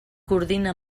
coordina